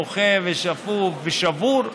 בוכה ושפוף ושבור,